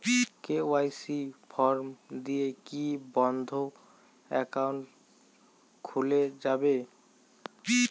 KYC form দিয়ে কি বন্ধ একাউন্ট খুলে যাবে?